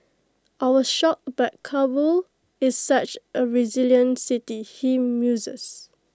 I was shocked but Kabul is such A resilient city he muses